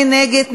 מי נגד?